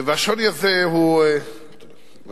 והשוני הזה הוא לא